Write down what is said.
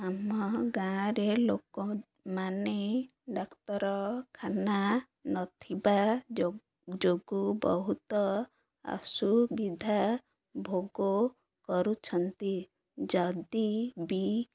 ଆମ ଗାଁରେ ଲୋକମାନେ ଡାକ୍ତରଖାନା ନଥିବା ଯ ଯୋଗୁଁ ବହୁତ ଅସୁବିଧା ଭୋଗ କରୁଛନ୍ତି ଯଦି ବି